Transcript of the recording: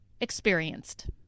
Experienced